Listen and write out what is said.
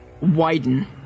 widen